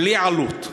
בלי עלות.